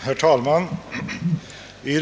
Herr talman!